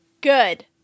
good